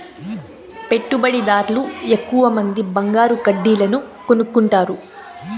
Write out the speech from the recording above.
పెట్టుబడిదార్లు ఎక్కువమంది బంగారు కడ్డీలను కొనుక్కుంటారు